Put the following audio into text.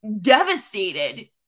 devastated